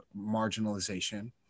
marginalization